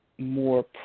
more